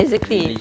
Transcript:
exactly